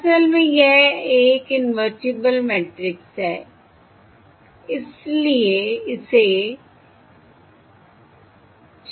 असल में यह एक इन्वेर्टिबल मैट्रिक्स है इसलिए इसे सरल बनाया जा सकता है